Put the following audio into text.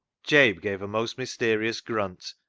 jabe gave a most mysterious grunt,